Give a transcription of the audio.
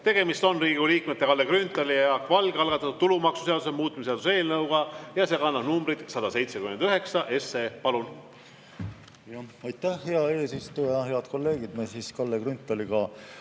Tegemist on Riigikogu liikmete Kalle Grünthali ja Jaak Valge algatatud tulumaksuseaduse muutmise seaduse eelnõuga ja see kannab numbrit 179. Palun! Aitäh, hea eesistuja! Head kolleegid! Meie Kalle Grünthaliga